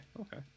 Okay